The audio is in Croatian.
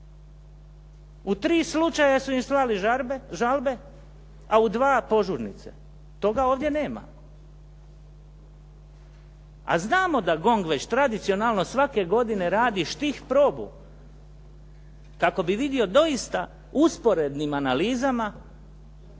U tri slučaja su im slali žalbe, a u 2 požurnice. Toga ovdje nema. A znamo da GONG već tradicionalno svake godine radi štih probu kako bi vidio doista usporednim analizama